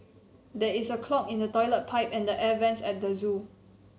there is a clog in the toilet pipe and the air vents at the zoo